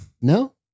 No